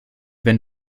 wenn